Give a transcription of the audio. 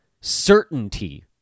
certainty